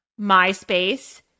Myspace